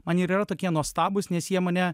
man ir yra tokie nuostabūs nes jie mane